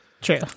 true